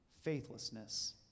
faithlessness